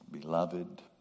Beloved